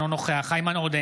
אינו נוכח איימן עודה,